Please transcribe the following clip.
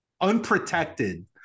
unprotected